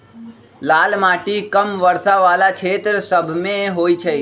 लाल माटि कम वर्षा वला क्षेत्र सभमें होइ छइ